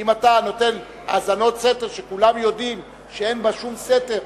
כי אם אתה נותן האזנות סתר שכולם יודעים שאין בהן שום סתר,